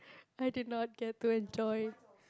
I did not get to enjoy